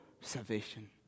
salvation